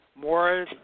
More